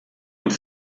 und